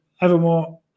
Evermore